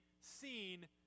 seen